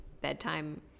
bedtime